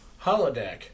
holodeck